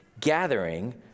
gathering